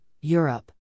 Europe